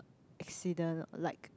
accident like